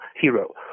hero